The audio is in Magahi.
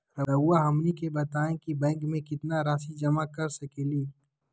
रहुआ हमनी के बताएं कि बैंक में कितना रासि जमा कर सके ली?